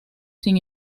sin